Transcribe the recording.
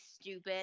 stupid